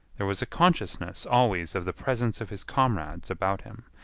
there was a consciousness always of the presence of his comrades about him.